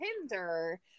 Tinder